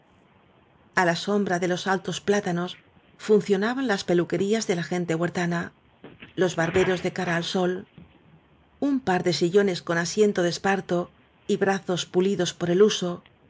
a la sombra de los altos plátanos funcio naban las peluquerías de la gente huertanar v blasco ibáñez los barberos de cara al sl un par de sillones con asiento de esparto y brazos pulidos por el uso